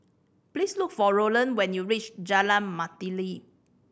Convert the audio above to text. please look for Roland when you reach Jalan Mastuli